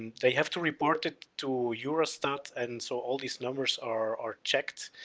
and they have to report it to eurostat and so all these numbers are, are checked